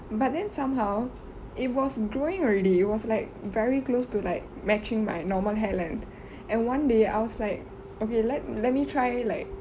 but then somehow it was growing already it was like very close to like matching my normal hair length and one day I was like okay let let me try like